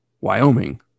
Wyoming